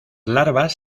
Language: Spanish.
larvas